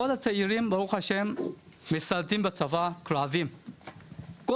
כל הצעירים, ברוך השם, משרתים בצבא שירות קרבי.